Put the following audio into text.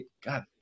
God